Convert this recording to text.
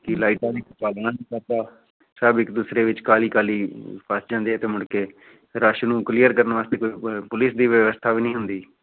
ਕੀ ਲਾਈਟਾਂ ਦੀ ਪਾਲਣਾ ਨਹੀਂ ਕਰਦਾ ਸਭ ਇੱਕ ਦੂਸਰੇ ਵਿੱਚ ਕਾਹਲੀ ਕਾਹਲੀ ਫਸ ਜਾਂਦੇ ਆ ਅਤੇ ਮੁੜ ਕੇ ਰਸ਼ ਨੂੰ ਕਲੀਅਰ ਕਰਨ ਵਾਸਤੇ ਕੋਈ ਪ ਪੁਲਿਸ ਦੀ ਵਿਵਸਥਾ ਵੀ ਨਹੀਂ ਹੁੰਦੀ